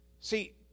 See